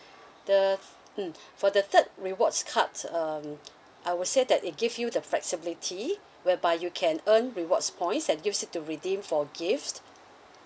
the mm for the third rewards cards um I would say that it give you the flexibility whereby you can earn rewards points and use it to redeem for gifts